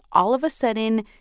all of a sudden,